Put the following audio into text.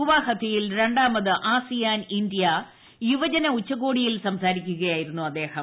ഗുവാഹത്തിയിൽ രണ്ടാമത് ASEAN India യുവജന ഉച്ചകോടിയിൽ സംസാരിക്കുകയായിരുന്നു അദ്ദേഹം